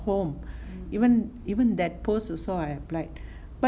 home even even that post also I applied but